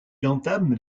entame